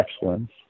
excellence